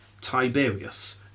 Tiberius